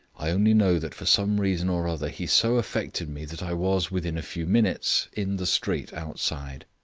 i only know that for some reason or other he so affected me that i was, within a few minutes, in the street outside.